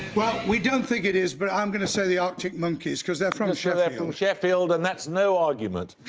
well, we don't think it is, but i'm going to say the arctic monkeys, because they're from sheffield. yeah they're from sheffield, and that's no argument!